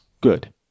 good